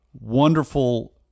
wonderful